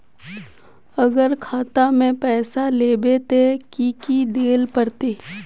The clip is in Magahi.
अगर खाता में पैसा लेबे ते की की देल पड़ते?